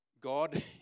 God